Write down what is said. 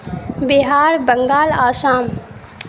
Bihar Bengal Assam